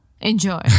Enjoy